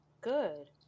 Good